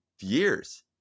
years